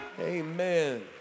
Amen